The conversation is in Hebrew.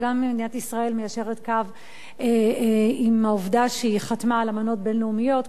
וגם מדינת ישראל מיישרת קו עם העובדה שהיא חתמה על אמנות בין-לאומיות,